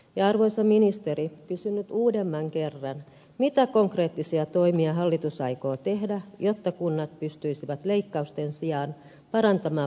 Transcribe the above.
arvoisa ministeri kysyn nyt uudemman kerran mitä konkreettisia toimia hallitus aikoo tehdä jotta kunnat pystyisivät leikkausten sijaan parantamaan vanhuspalveluitaan